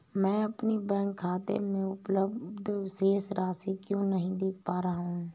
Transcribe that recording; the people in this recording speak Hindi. मैं अपने बैंक खाते में उपलब्ध शेष राशि क्यो नहीं देख पा रहा हूँ?